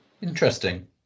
Interesting